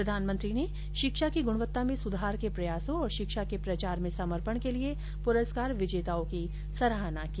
प्रधानमंत्री ने शिक्षा की गुणवत्ता में सुधार के प्रयासों और शिक्षा के प्रचार में समर्पण के लिए पुरस्कार विजेताओं की सराहना की